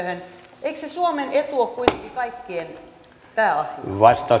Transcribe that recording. eikös se suomen etu ole kuitenkin kaikkien pääasia